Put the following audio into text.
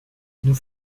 nous